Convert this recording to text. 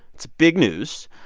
it's big news.